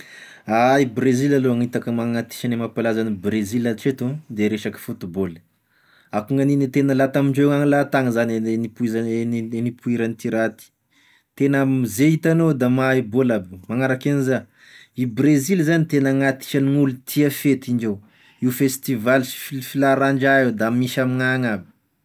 Ah i Brezily aloha gn'hitako magnaty isagne mampalaza an'i Brezila hatreto de ny resaky football, akoa gnagne ny tena laha tamindreo lahatany, zany gny- nipozan- nipoiran'ity raha ty, tena ze hitanao da mahay bôly aby, magnaraky an'iza, i Brezily zany tena agnaty isan'olo tia fety indreo, ity festivaly sy filaharan(draha io da misy amign'agny aby.